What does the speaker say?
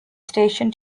station